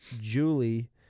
Julie